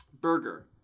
Burger